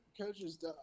coaches, –